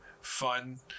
fun